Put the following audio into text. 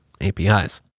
APIs